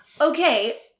Okay